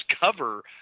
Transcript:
cover